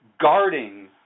guarding